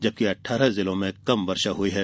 जबकि अठारह जिलों में कम वर्षा हई है